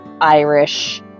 irish